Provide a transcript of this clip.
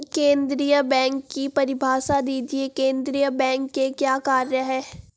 केंद्रीय बैंक की परिभाषा दीजिए केंद्रीय बैंक के क्या कार्य हैं?